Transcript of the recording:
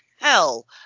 hell